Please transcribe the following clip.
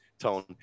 Tone